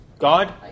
God